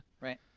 right